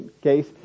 case